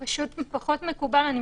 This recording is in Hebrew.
זה פחות מקובל.